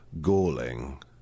galling